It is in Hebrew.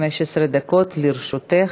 15 דקות לרשותך,